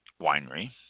Winery